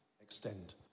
extend